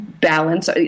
balance